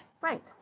Right